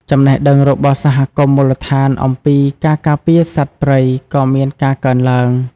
ចំណេះដឹងរបស់សហគមន៍មូលដ្ឋានអំពីការការពារសត្វព្រៃក៏មានការកើនឡើង។